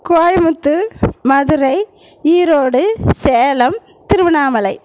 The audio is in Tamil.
கோயம்புத்தூர் மதுரை ஈரோடு சேலம் திருவண்ணாமலை